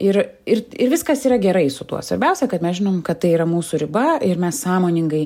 ir ir ir viskas yra gerai su tuo svarbiausia kad mes žinom kad tai yra mūsų riba ir mes sąmoningai